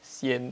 sian